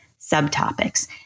subtopics